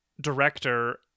director